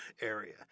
area